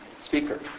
speaker